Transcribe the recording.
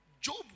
Job